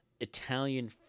Italian